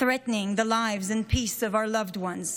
threatening the lives and peace of our loved ones.